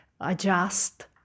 adjust